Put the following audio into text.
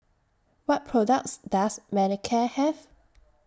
What products Does Manicare Have